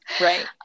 Right